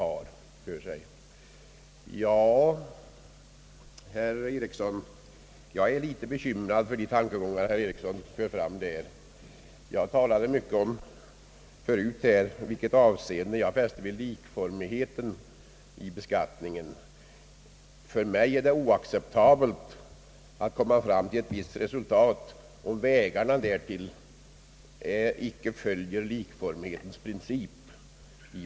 Jag är litet bekymrad över herr Erikssons tankegångar på den punkten. Jag talade förut mycket om vilket avseende jag fäster vid likformigheten i beskattningen. För mig är det oacceptabelt att komma fram till ett visst resultat, om vägarna dit icke följer likformighetens princip.